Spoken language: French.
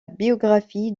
biographie